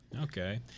okay